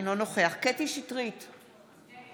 אינו נוכח קטי קטרין שטרית,